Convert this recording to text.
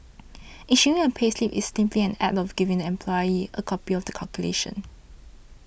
issuing a payslip is simply an act of giving the employee a copy of the calculation